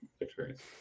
experience